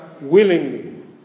willingly